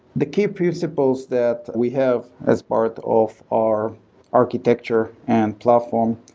the key principles that we have as part of our architecture and platform,